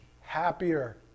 happier